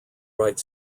right